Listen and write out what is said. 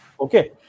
Okay